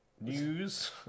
news